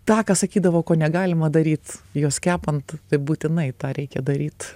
tą ką sakydavo ko negalima daryt juos kepant tai būtinai tą reikia daryt